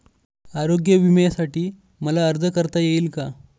आरोग्य विम्यासाठी मला अर्ज करता येईल का?